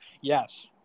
Yes